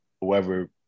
whoever